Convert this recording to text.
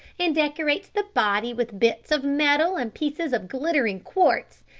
and decorates the body with bits of metal and pieces of glittering quartz,